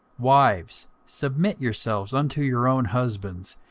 wives, submit yourselves unto your own husbands,